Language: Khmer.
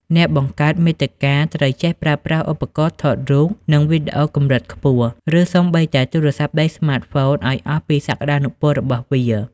អ្នកបង្កើតមាតិកាត្រូវចេះប្រើប្រាស់ឧបករណ៍ថតរូប និងវីដេអូកម្រិតខ្ពស់ ឬសូម្បីតែទូរស័ព្ទដៃស្មាតហ្វូនឱ្យអស់ពីសក្តានុពលរបស់វា។